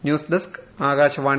news desk Akashvani